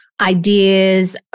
ideas